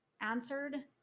answered